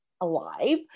alive